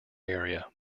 area